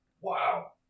Wow